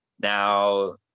Now